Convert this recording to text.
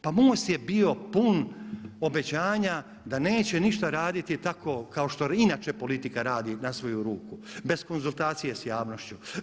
Pa MOST je bio pun obećanja da neće ništa raditi tako kao što inače politika radi na svoju ruku bez konzultacije s javnošću.